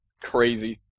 Crazy